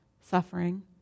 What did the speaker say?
suffering